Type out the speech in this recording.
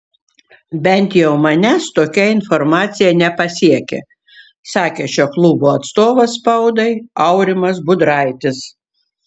bent jau manęs tokia informacija nepasiekė sakė šio klubo atstovas spaudai aurimas budraitis